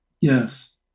Yes